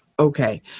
Okay